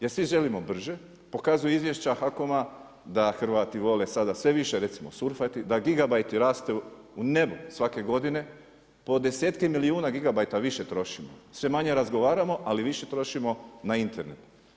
Jer svi želimo brže, pokazuju izvješća HAKOM-a da Hrvati vole sada sve više surfati, da gigabajti rastu u nebo svake godine po desetke milijuna gigabajta više trošimo, sve manje razgovaramo ali više trošimo na Internet.